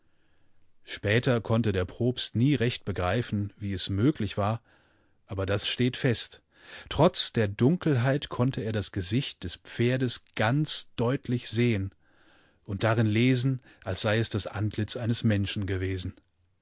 später konnte der propst nie recht begreifen wie es möglich war aber das stehtfest trotzderdunkelheitkonnteerdasgesichtdespferdesganzdeutlich sehen und darin lesen als sei es das antlitz eines menschen gewesen